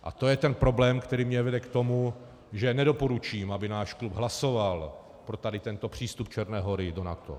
A to je ten problém, který mě vede k tomu, že nedoporučím, aby náš klub hlasoval pro tento přístup Černé Hory do NATO.